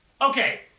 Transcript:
Okay